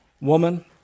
Woman